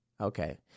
Okay